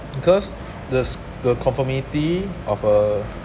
because this the conformity of uh